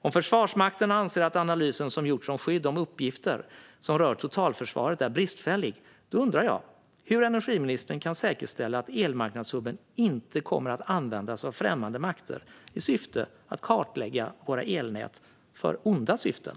Om Försvarsmakten anser att analysen som gjorts om skydd av uppgifter som rör totalförsvaret är bristfällig undrar jag hur energiministern kan säkerställa att elmarknadshubben inte kommer att användas av främmande makter i syfte att kartlägga våra elnät för onda syften.